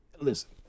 Listen